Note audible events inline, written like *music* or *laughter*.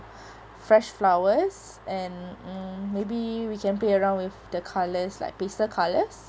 *breath* fresh flowers and um maybe we can play around with the colours like pastel colours